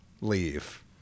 leave